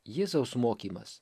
jėzaus mokymas